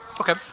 Okay